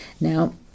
Now